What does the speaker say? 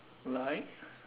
来